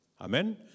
Amen